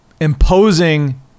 imposing